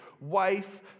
wife